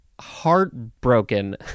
heartbroken